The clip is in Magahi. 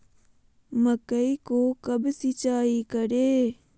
मकई को कब सिंचाई करे?